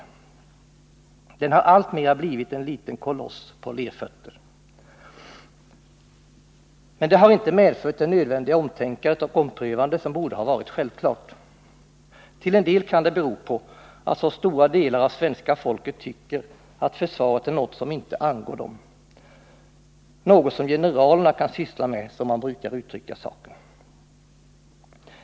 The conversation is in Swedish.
Försvarsorganisationen har alltmer blivit något av en koloss på lerfötter. Men det har inte medfört det nödvändiga omtänkande och omprövande som borde ha varit självklart. Till en del kan det bero på att så många svenska medborgare tycker att försvaret är något som inte angår dem, något som generalerna kan syssla med — som man brukar uttrycka saken.